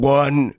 one